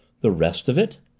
the rest of it?